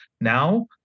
now